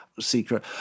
secret